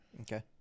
okay